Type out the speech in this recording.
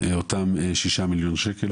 אותם שישה מיליוני שקלים